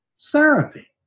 therapy